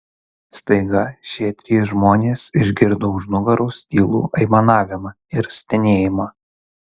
staiga šie trys žmonės išgirdo už nugaros tylų aimanavimą ir stenėjimą